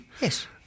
Yes